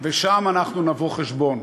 ושם אנחנו נבוא חשבון.